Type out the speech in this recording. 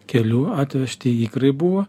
kelių atvežti ikrai buvo